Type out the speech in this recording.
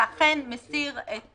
זה אכן מסיר את